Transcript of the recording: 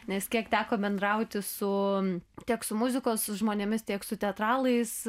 nes kiek teko bendrauti su tiek su muzikos žmonėmis tiek su teatralais